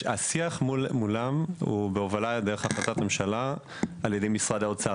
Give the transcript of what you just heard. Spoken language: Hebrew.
השיח מולם הוא בהובלת משרד האוצר